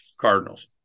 Cardinals